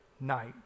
night